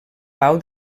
pau